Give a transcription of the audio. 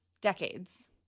decades